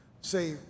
say